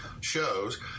shows